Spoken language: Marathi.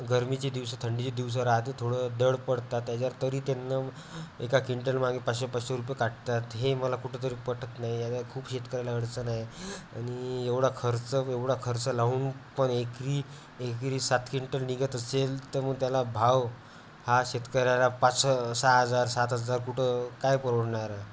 गरमीचे दिवसं थंडीचे दिवसं राहते थोडं दड पडतात त्याच्यावर तरी त्यांना एका क्विंटल मागे पाचशे पाचशे रुपये काटतात हे मला कुठंतरी पटत नाही या खूप शेतकऱ्याला अडचण आहे आणि एवढा खर्च एवढा खर्च लावून पण एकरी एकरी सात क्विंटल निघत असेल तर मग त्याला भाव हा शेतकऱ्याला पाच सं सहा हजार सात हजार कुठं काय परवडणारा